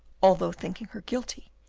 although thinking her guilty,